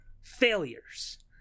failures